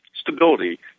stability